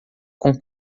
com